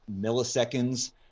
milliseconds